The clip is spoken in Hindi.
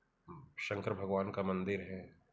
शंकर भागवान का मंदिर है